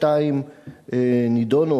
שתיים נדונו,